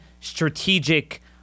strategic